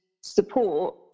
support